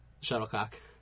Shuttlecock